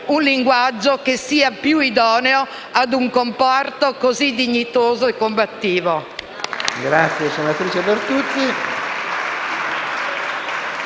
un linguaggio che sia più idoneo a un comparto così dignitoso e combattivo.